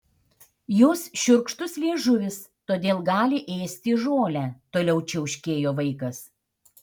jos šiurkštus liežuvis todėl gali ėsti žolę toliau čiauškėjo vaikas